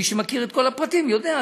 מי שמכיר את כל הפרטים יודע,